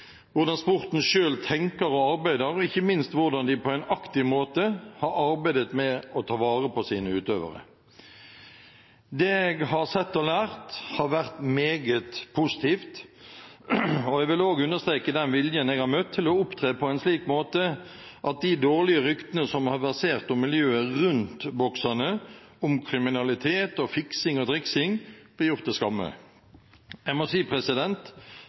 hvordan sporten selv tenker og arbeider, og ikke minst hvordan de på en aktiv måte har arbeidet med å ta vare på sine utøvere. Det jeg har sett og lært, har vært meget positivt. Jeg vil også understreke den viljen jeg har møtt til å opptre på en slik måte at de dårlige ryktene som har versert om miljøet rundt bokserne, om kriminalitet og fiksing og triksing, blir gjort til skamme. Jeg må si